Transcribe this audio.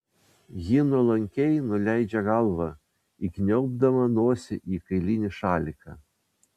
ji nuolankiai nuleidžia galvą įkniaubdama nosį į kailinį šaliką